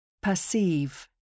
Perceive